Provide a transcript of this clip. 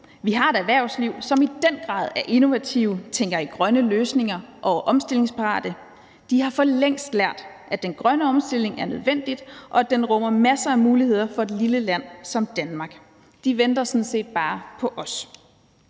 Vi har et erhvervsliv, som i den grad er innovative, tænker i grønne løsninger og er omstillingsparate. De har for længst lært, at den grønne omstilling er nødvendig, og at den rummer masser af muligheder for et lille land som Danmark. De venter sådan set bare på os.